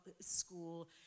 school